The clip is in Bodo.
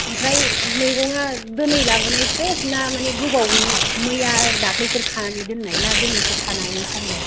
ओमफ्राय मैगंया दिनै लाबोनाय फ्रेस ना माने गोबावनि मैया दाख्लिफोर खानानै दोननाय ना दिनैसो खानानै फानदों